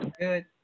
Good